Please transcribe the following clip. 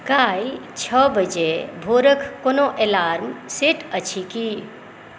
काल्हि छओ बजे भोरके कोनो अलार्म सेट अछि की